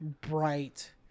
bright